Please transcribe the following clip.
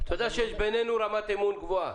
יש בינינו רמת אמון גבוהה.